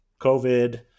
COVID